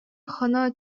хоно